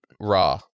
raw